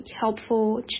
helpful